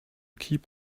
keep